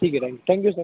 ठीक आहे थँ थँक्यू सर